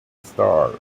star